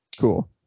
Cool